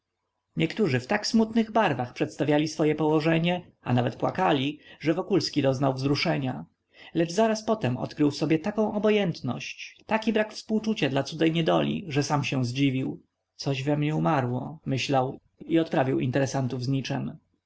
niektórzy w tak smutnych barwach przedstawiali swoje położenie a nawet płakali że wokulski doznał wzruszenia lecz zarazem odkrył w sobie taką obojętność taki brak współczucia dla cudzej niedoli że sam się zadziwił coś we mnie umarło myślał i odprawił interesantów z niczem